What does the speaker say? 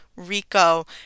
Rico